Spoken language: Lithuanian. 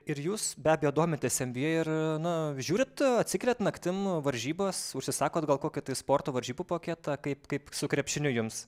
ir jūs be abejo domitės en by ei ir na žiūrit atsikeliat naktim varžybas užsisakot gal kokį tai sporto varžybų paketą kaip kaip su krepšiniu jums